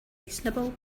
reasonable